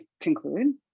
conclude